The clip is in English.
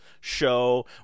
show